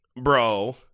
bro